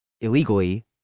illegally